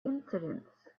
incidents